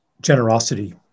generosity